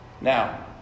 Now